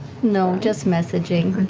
no, just messaging.